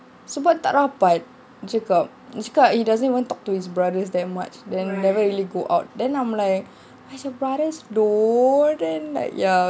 sebab dia tak rapat dia cakap he doesn't even talk to his brothers that much then never really go out then I'm like does your brothers know then like ya